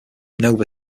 nova